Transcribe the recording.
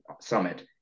summit